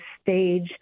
stage